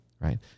right